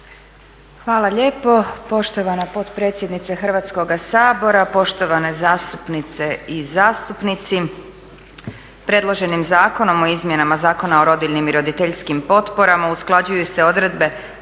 Hvala lijepo poštovana potpredsjednice Hrvatskoga sabora, poštovane zastupnice i zastupnici. Predloženim zakonom o izmjenama Zakona o rodiljnim i roditeljskim potporama usklađuju se odredbe Zakona